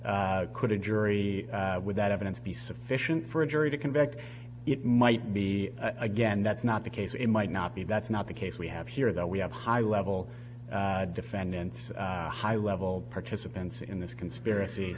could a jury with that evidence be sufficient for a jury to convict it might be again that's not the case it might not be that's not the case we have here that we have high level defendants high level participants in this conspiracy